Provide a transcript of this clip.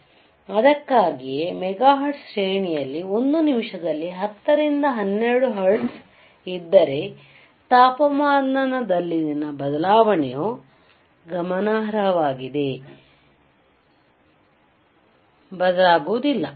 ಆದ್ದರಿಂದ ಅದಕ್ಕಾಗಿಯೇ ಮೆಗಾಹರ್ಟ್ಜ್ ಶ್ರೇಣಿಯಲ್ಲಿ 1 ನಿಮಿಷದಲ್ಲಿ 10 ರಿಂದ 12 ಹರ್ಟ್ಜ್ ಇದ್ದರೆ ತಾಪಮಾನದಲ್ಲಿನ ಬದಲಾವಣೆಯು ಗಮನಾರ್ಹವಾಗಿ ಫ್ರೀಕ್ವೆಂಸಿ ಬದಲಾಯಗುವುದಿಲ್ಲ